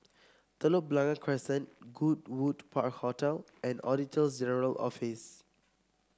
Telok Blangah Crescent Goodwood Park Hotel and Auditor General Office